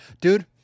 Dude